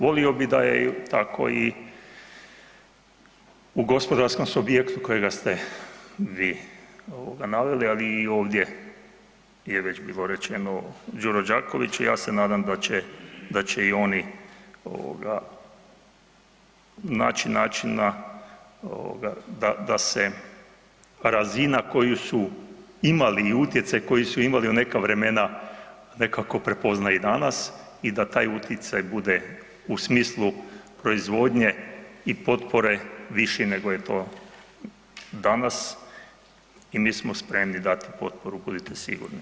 Volio bi da je tako i u gospodarskom subjektu kojega ste vi naveli ali i ovdje je već bilo rečeno, Đuro Đaković i ja se nadam da će i oni naći načina da se razina koju su imali i utjecaj koji su imali u neka vremena, nekako prepozna i danas i da taj utjecaj bude u smislu proizvodnje i potpore viši nego je to danas i mi smo spremni dati potporu, budite sigurni.